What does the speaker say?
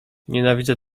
nienawidzę